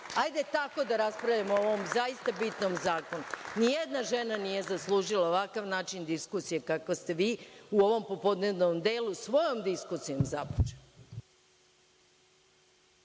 Hajde, tako da raspravljamo o ovom zaista bitnom zakonu. Nijedna žena nije zaslužila ovakav način diskusije kako ste vi u ovom popodnevnom delu svojom diskusijom započeli.